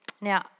Now